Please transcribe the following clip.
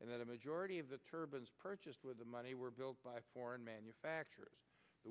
and that a majority of the turbans purchased with the money were built by foreign manufacturers the